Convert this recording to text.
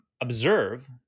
observe